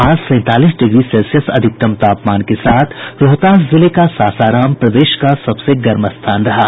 आज सैंतालीस degree Celsius अधिकतम तापमान के साथ रोहतास जिले का सासाराम प्रदेश का सबसे गर्म स्थान रहा है